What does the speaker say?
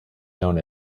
known